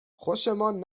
خوشمان